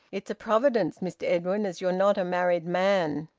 it's a providence, mr edwin, as you're not a married man.